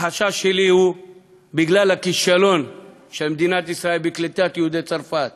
החשש שלי הוא שבגלל הכישלון של מדינת ישראל בקליטת יהודי צרפת